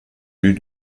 lue